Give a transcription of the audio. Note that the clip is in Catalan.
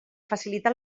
facilitar